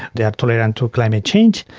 they are tolerant and to climate change.